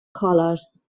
colors